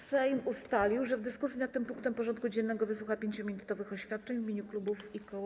Sejm ustalił, że w dyskusji nad tym punktem porządku dziennego wysłucha 5-minutowych oświadczeń w imieniu klubów i koła.